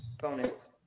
bonus